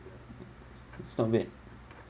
stop it